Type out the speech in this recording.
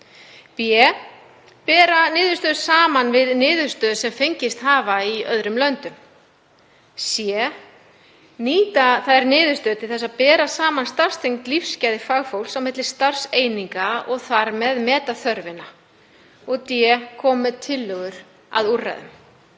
b. bera niðurstöður saman við niðurstöður sem fengist hafa í öðrum löndum, c. nýta niðurstöður til þess að bera saman starfstengd lífsgæði fagfólks á milli starfseininga og þar með meta þörfina, d. koma með tillögur að úrræðum.